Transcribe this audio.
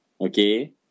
Okay